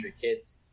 kids